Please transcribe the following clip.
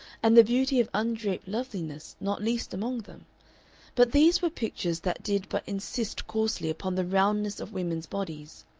and the beauty of undraped loveliness not least among them but these were pictures that did but insist coarsely upon the roundness of women's bodies.